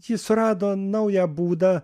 ji surado naują būdą